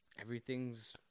Everything's